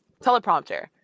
teleprompter